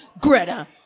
Greta